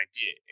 idea